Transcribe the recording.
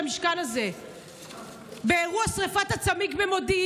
חבר הכנסת מלביצקי.